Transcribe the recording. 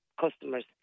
customers